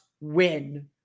win